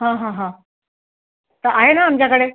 हं हां हां तर आहे ना आमच्याकडे